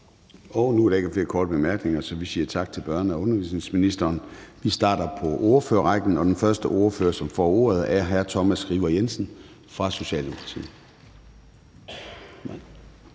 Nu er der ikke flere korte bemærkninger, så vi siger tak til børne- og undervisningsministeren. Vi starter på ordførerrækken, og den første ordfører, som får ordet, er hr. Thomas Skriver Jensen fra Socialdemokratiet.